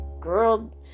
girl